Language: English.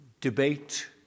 debate